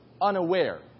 unaware